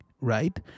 right